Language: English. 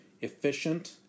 efficient